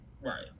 right